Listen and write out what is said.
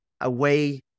away